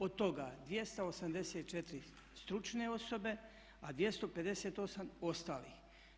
Od toga 284 stručne osobe a 258 ostalih.